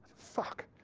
fuck.